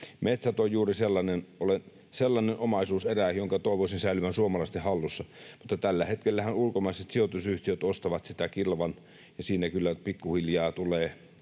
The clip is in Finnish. Metsät ovat juuri sellainen omaisuuserä, jonka toivoisin säilyvän suomalaisten hallussa, mutta tällä hetkellähän ulkomaiset sijoitusyhtiöt ostavat sitä kilvan, ja siinä kyllä pikkuhiljaa tulee